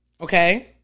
Okay